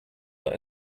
let